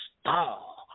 star